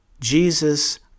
Jesus